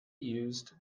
used